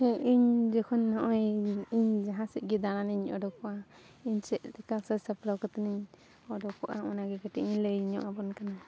ᱦᱮᱸ ᱤᱧ ᱡᱚᱠᱷᱚᱱ ᱱᱚᱜᱼᱚᱭ ᱤᱧ ᱡᱟᱦᱟᱸ ᱥᱮᱫᱜᱮ ᱫᱟᱬᱟᱱᱤᱧ ᱚᱰᱳᱠᱚᱜᱼᱟ ᱤᱧ ᱪᱮᱫ ᱞᱮᱠᱟ ᱥᱟᱹᱛ ᱥᱟᱯᱲᱟᱣ ᱠᱟᱛᱮᱧ ᱚᱰᱳᱠᱚᱜᱼᱟ ᱚᱱᱟᱜᱮ ᱠᱟᱹᱴᱤᱡ ᱤᱧ ᱞᱟᱹᱭᱧᱚᱜ ᱟᱵᱚᱱ ᱠᱟᱱᱟ